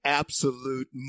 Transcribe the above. absolute